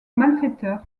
malfaiteurs